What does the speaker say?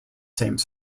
same